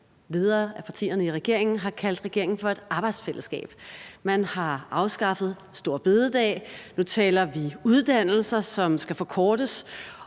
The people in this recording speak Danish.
ledere af partierne i regeringen har kaldt regeringen for et arbejdsfællesskab. Man har afskaffet store bededag, og nu taler vi om uddannelser, som skal forkortes,